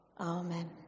Amen